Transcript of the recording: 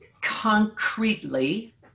concretely